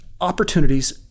opportunities